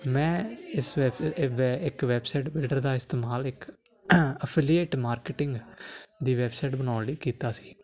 ਮੈਂ ਇਸ ਇੱਕ ਵੈਬਸਾਈਟ ਬਿਲਡਰ ਦਾ ਇਸਤੇਮਾਲ ਇੱਕ ਅਫਲੀਅਟ ਮਾਰਕੀਟਿੰਗ ਦੀ ਵੈਬਸਾਈਟ ਬਣਾਉਣ ਲਈ ਕੀਤਾ ਸੀ